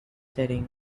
setting